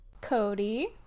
Cody